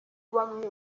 bamwe